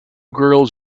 girls